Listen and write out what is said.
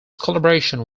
collaboration